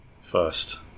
First